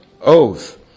oath